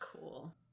cool